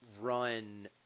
run